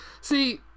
see